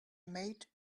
made